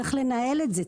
צריך לנהל את זה,